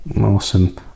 Awesome